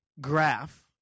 graph